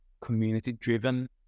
community-driven